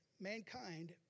mankind